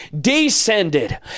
descended